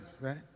right